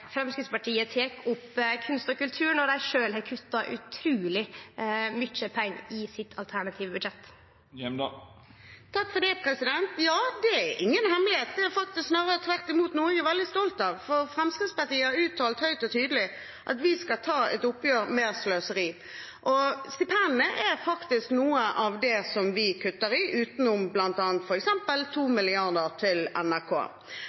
kultur, når dei sjølve har kutta utruleg mykje pengar til dette i sitt alternative budsjett. Ja, det er ingen hemmelighet. Det er snarere tvert imot noe vi er veldig stolt av. Fremskrittspartiet har uttalt høyt og tydelig at vi skal ta et oppgjør med sløseri. Stipendene er faktisk noe av det vi kutter, utenom bl.a. 2 mrd. kr i kutt til NRK.